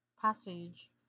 passage